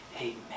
Amen